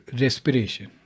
respiration